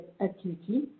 activity